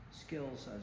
skills